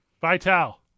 Vital